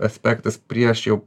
aspektas prieš jau